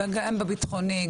גם בביטחוני,